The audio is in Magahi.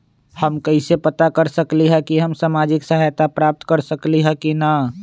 हम कैसे पता कर सकली ह की हम सामाजिक सहायता प्राप्त कर सकली ह की न?